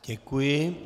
Děkuji.